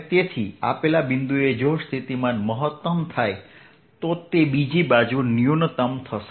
અને તેથી આપેલ બિંદુએ જો સ્થિતિમાન મહત્તમ થાય તો તે બીજી બાજુ ન્યૂનતમ થશે